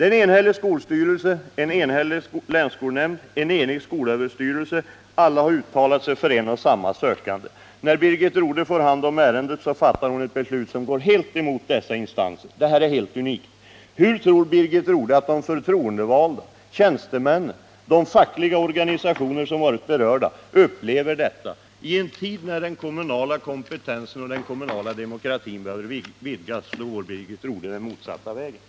En enhällig skolstyrelse, en enhällig länsskolnämnd och en enig skolöverstyrelse har alla uttalat sig för en och samma sökande. När Birgit Rodhe får hand om ärendet fattar hon ett beslut som går helt emot dessa instanser. Detta är helt unikt. Hur tror Birgit Rodhe att de förtroendevalda, tjänstemännen samt de fackliga organisationer som varit berörda upplever detta? I en tid när den kommunala kompetensen och den kommunala demokratin behöver vidgas går Birgit Rodhe åt motsatt håll.